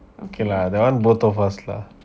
okay lah that one both of us lah